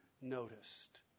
noticed